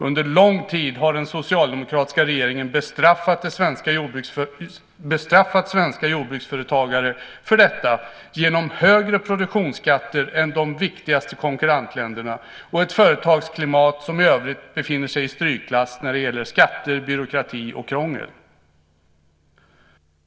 Under lång tid har den socialdemokratiska regeringen bestraffat svenska jordbruksföretagare för detta genom högre produktionsskatter än i de viktigaste konkurrentländerna och ett företagsklimat som i övrigt befinner sig i strykklass när det gäller skatter, byråkrati och krångel.